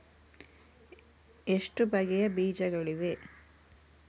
ಎಷ್ಟು ಬಗೆಯ ಬೀಜಗಳಿವೆ?